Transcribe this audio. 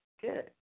good